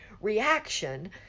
reaction